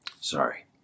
Sorry